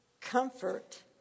comfort